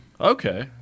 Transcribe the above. Okay